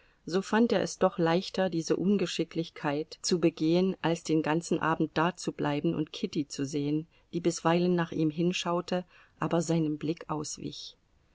so fand er es doch leichter diese ungeschicklichkeit zu begehen als den ganzen abend dazubleiben und kitty zu sehen die bisweilen nach ihm hinschaute aber seinem blick auswich